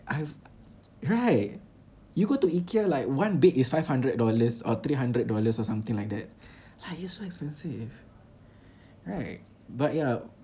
I have right you go to Ikea like one bed is five hundred dollars or three hundred dollars or something like that like it's so expensive right but yeah